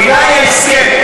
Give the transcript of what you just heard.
המילה היא הסכם.